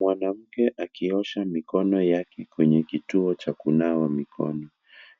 Mwanamke akiosha mikono wake kwenye kituo cha kunawa mikono.